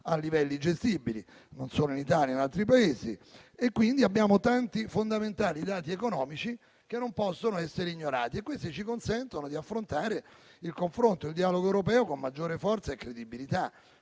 a livelli gestibili, non solo in Italia ma anche in altri Paesi. Quindi, abbiamo tanti fondamentali dati economici che non possono essere ignorati e questi ci consentono di affrontare il confronto e il dialogo europeo con maggiore forza e credibilità.